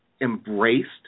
embraced